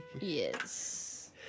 Yes